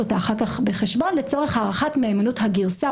אותה אחר כך בחשבון לצורך הערכת מהימנות הגרסה,